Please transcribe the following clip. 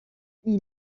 mais